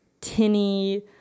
tinny